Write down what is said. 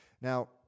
Now